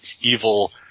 evil